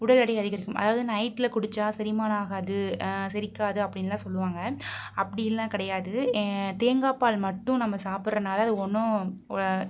உடல் எடை அதிகரிக்கும் அதாவது நைட்டில் குடித்தா செரிமானம் ஆகாது செரிக்காது அப்படின்லாம் சொல்லுவாங்க அப்படில்லாம் கிடையாது தேங்காய் பால் மட்டும் நம்ம சாப்பிடுறனால ஒன்றும்